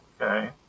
Okay